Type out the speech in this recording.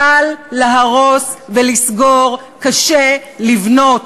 קל להרוס ולסגור, קשה לבנות.